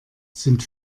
sind